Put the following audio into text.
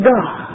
God